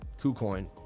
KuCoin